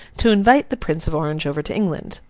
to invite the prince of orange over to england.